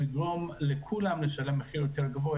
הוא יגרום לכולם לשלם מחיר יותר גבוה,